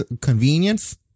convenience